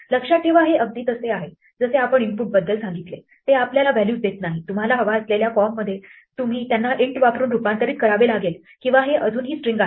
लक्षात ठेवा हे अगदी तसे आहे जसे आपण इनपुटबद्दल सांगितले ते आपल्याला व्हॅल्यूज देत नाही तुम्हाला हव्या असलेल्या फॉर्ममध्ये तुम्ही त्यांना int वापरून रूपांतरित करावे लागेल किंवा हे अजूनही स्ट्रिंग आहेत